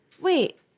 Wait